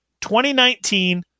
2019